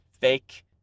fake